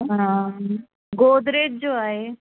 हा गोदरेज जो आहे